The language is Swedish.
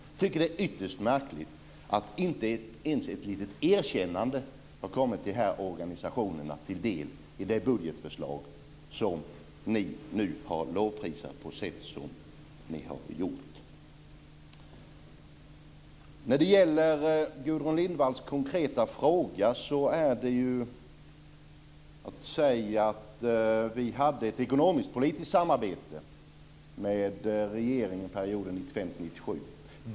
Jag tycker att det är ytterst märkligt att inte ens ett litet erkännande har kommit dessa organisationer till del i det budgetförslag som ni har lovprisat. När det gäller Gudrun Lindvalls konkreta fråga kan jag säga att vi hade ett ekonomisk-politiskt samarbete med regeringen perioden 1995-1997.